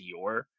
Dior